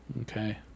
Okay